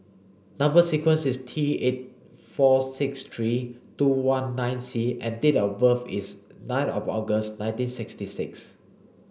number sequence is T eight four six three two one nine C and date of birth is nine of August nineteen sixty six